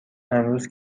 امروز